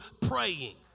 praying